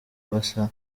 basa